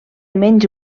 menys